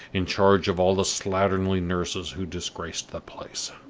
in charge of all the slatternly nurses who disgraced the place.